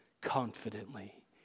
confidently